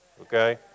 okay